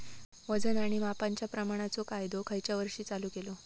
वजन आणि मापांच्या प्रमाणाचो कायदो खयच्या वर्षी चालू केलो?